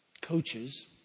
coaches